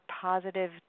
positive